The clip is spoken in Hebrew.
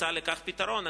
תמצא לכך פתרון.